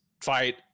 fight